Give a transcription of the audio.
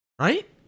Right